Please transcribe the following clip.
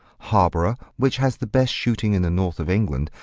harborough, which has the best shooting in the north of england,